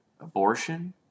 abortion